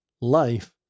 life